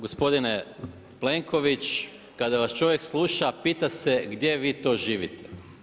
Gospodine Plenković, kada vas čovjek sluša, pita se gdje vi to živite.